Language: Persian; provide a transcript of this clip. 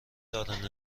دارند